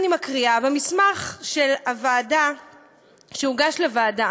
אני מקריאה: במסמך שהוגש לוועדה